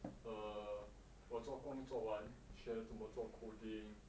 err 我做工作做完学怎么做 coding